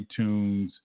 iTunes